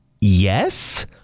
yes